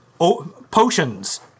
potions